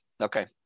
Okay